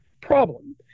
problem